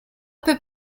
peu